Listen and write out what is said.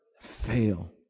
fail